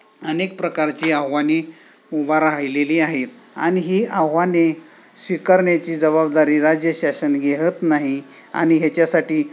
अनेक प्रकारची आव्हाने उभा राहिलेली आहेत आणि ही आव्हाने स्वीकारण्याची जबाबदारी राज्यशासन घेत नाही आणि ह्याच्यासाठी